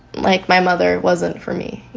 like my mother wasn't for me, you